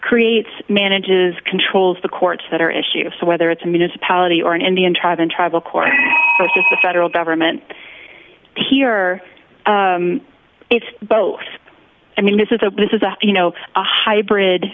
creates manages controls the courts that are issue of whether it's a municipality or an indian tribe and tribal court the federal government here it's both i mean this is a this is a you know a hybrid